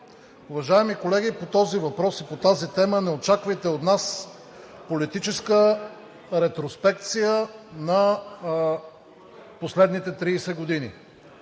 Уважаеми колеги, по този въпрос и по тази тема не очаквайте от нас политическа ретроспекция на последните 30 години.